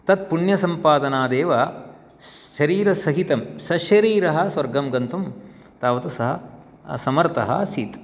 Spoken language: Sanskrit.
तत् पुण्यसम्पादनादेव शरीरसहितं सशरीरं स्वर्गं गन्तुं तावत् सः समर्थः आसीत्